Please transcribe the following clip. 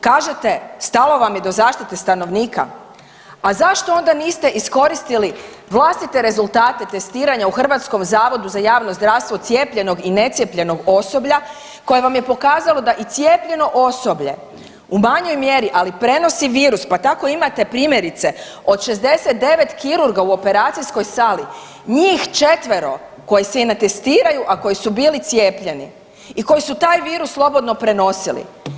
Kažete stalo vam je do zaštite stanovnika, a zašto onda niste iskoristili vlastite rezultate testiranje u HZJZ cijepljenog i necijepljenog osoblja koje vam je pokazalo da i cijepljeno osoblje u manjoj mjeri ali prenosi virus, pa tako imate primjerice od 69 kirurga u operacijskoj sali njih 4. koji se i ne testiraju, a koji su bili cijepljeni i koji su taj virus slobodno prenosili.